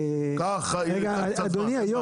ככה ייקח קצת זמן.